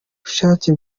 bushake